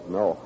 no